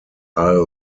are